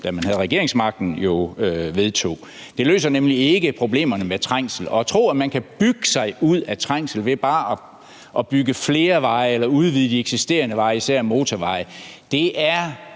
da den havde regeringsmagten, vedtog. Den løser nemlig ikke problemerne med trængsel. At tro, at man kan bygge sig ud af trængslen ved bare at bygge flere veje eller udvide de eksisterende veje, især motorveje, er